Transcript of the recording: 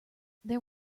there